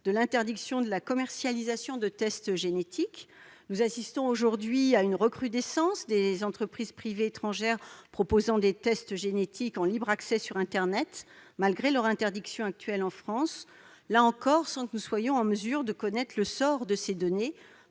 de l'interdiction de la commercialisation de tests génétiques. Nous assistons aujourd'hui à une recrudescence des entreprises privées étrangères proposant des tests génétiques en libre accès sur internet malgré leur interdiction actuelle en France, là encore sans que nous soyons en mesure de connaître le sort de ces données